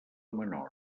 menor